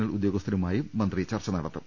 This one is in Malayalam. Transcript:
എൽ ഉദ്യോഗസ്ഥരുമായും മന്ത്രി ചർച്ച നടത്തും